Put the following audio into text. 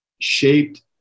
shaped